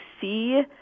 see